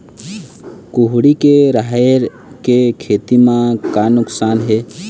कुहड़ी के राहेर के खेती म का नुकसान हे?